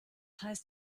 heißt